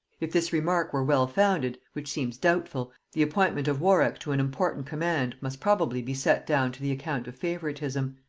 if this remark were well founded, which seems doubtful, the appointment of warwick to an important command must probably be set down to the account of favoritism.